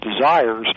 desires